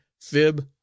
fib